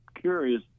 curious